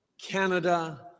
Canada